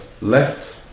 left